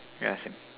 yeah same